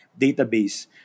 database